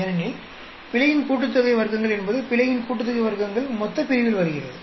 ஏனெனில் பிழையின் கூட்டுத்தொகை வர்க்கங்கள் என்பது பிழையின் கூட்டுத்தொகை வர்க்கங்கள் மொத்தப்பிரிவில் வருகிறது